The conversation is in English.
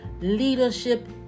leadership